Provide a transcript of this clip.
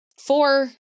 four